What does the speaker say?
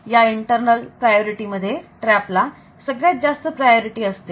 या मध्ये TRAP ला सगळ्यात जास्त प्राधान्य असते